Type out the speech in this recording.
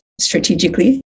strategically